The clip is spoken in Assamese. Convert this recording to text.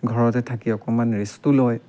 ঘৰতে থাকি অকণমান ৰেষ্টো লয়